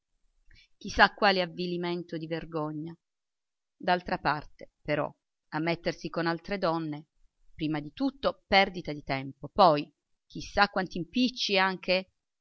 sa quale avvilimento di vergogna d'altra parte però a mettersi con altre donne prima di tutto perdita di tempo poi chi sa quanti impicci e anche